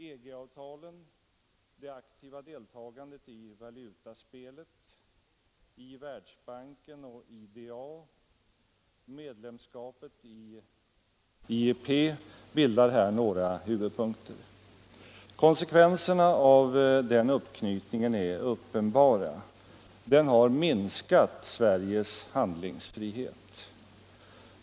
EG-avtalen, det aktiva deltagandet i valutaspelet, i Världsbanken och IDA, medlemskapet i IEP bildar här några huvudpunkter. Konsekvenserna av denna uppknytning är uppenbara. Den har minskat Sveriges handlingsfrihet.